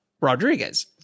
Rodriguez